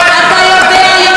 גברתי השרה,